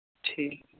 ٹھیٖک